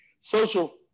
Social